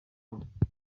bubirigi